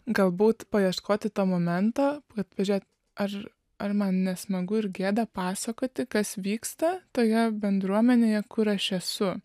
galbūt paieškoti to momento kad pažiūrėt ar ar man nesmagu ir gėda pasakoti kas vyksta toje bendruomenėje kur aš esu